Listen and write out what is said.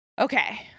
Okay